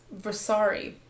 Versari